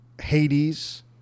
Hades